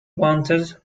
wanted